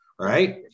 right